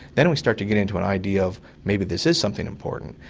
then we start to get into an idea of maybe this is something important.